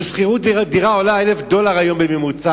אם שכירת דירה היום עולה 1,000 דולר בממוצע,